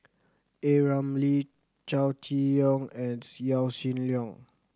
A Ramli Chow Chee Yong and Yaw Shin Leong